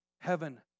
heaven